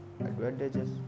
advantages